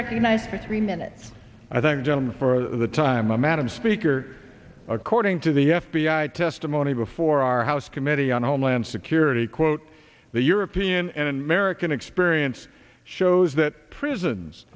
recognized three minutes i think gentlemen for the time i madam speaker according to the f b i testimony before our house committee on homeland security quote the european and american experience shows that prisons